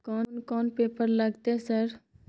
कोन कौन पेपर लगतै सर?